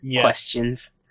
questions